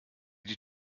die